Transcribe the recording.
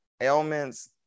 ailments